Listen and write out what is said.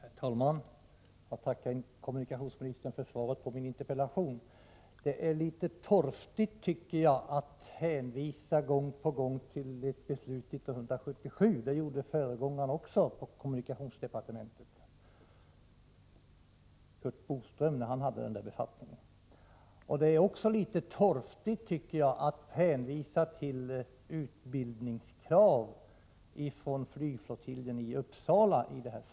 Herr talman! Jag tackar kommunikationsministern för svaret på min interpellation. Det är enligt min mening litet torftigt att gång på gång hänvisa till ett beslut från 1977. Det gjorde även kommunikationsministerns föregångare på departementet, Curt Boström. Det är också torftigt att i det här sammanhanget hänvisa till utbildningskrav från flygflottiljen i Uppsala.